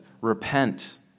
Repent